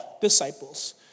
disciples